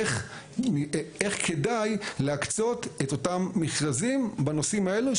איך כדאי להקצות את אותם מכרזים בנושאים האלה,